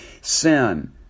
sin